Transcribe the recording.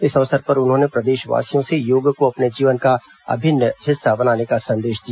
इस अवसर पर उन्होंने प्रदेश वासियों से योग को अपने जीवन का अभिन्न हिस्सा बनाने का संदेश दिया